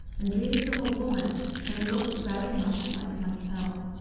and dreams of a woman that looked very much like myself.